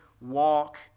walk